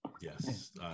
yes